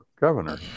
governor